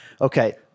Okay